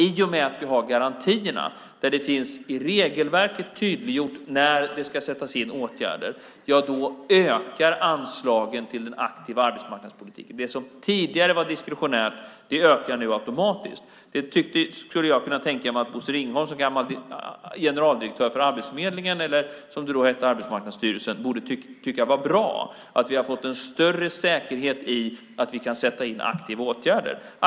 I och med att vi har garantierna, där det i regelverket finns tydliggjort när det ska sättas in åtgärder, ökar anslagen till den aktiva arbetsmarknadspolitiken. Det som tidigare var diskretionärt ökar nu automatiskt. Det skulle jag kunna tänka mig att Bosse Ringholm som gammal generaldirektör för Arbetsförmedlingen, eller som det då hette, Arbetsmarknadsstyrelsen, borde tycka var bra. Vi har fått en större säkerhet i att vi kan sätta in aktiva åtgärder.